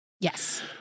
Yes